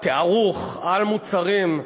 תארוך על מוצרים,